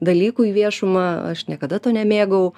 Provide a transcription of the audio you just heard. dalykų į viešumą aš niekada to nemėgau